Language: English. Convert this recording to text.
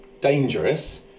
dangerous